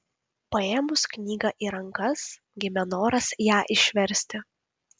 paėmus knygą į rankas gimė noras ją išversti